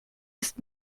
ist